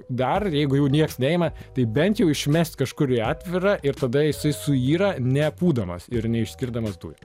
dar jeigu jau nieks neima tai bent jau išmesti kažkur į atvirą ir tada jisai suyra nepūdamas ir neišskirdamas dujų